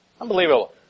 Unbelievable